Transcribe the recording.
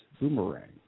Boomerang